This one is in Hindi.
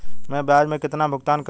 मैं ब्याज में कितना भुगतान करूंगा?